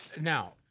Now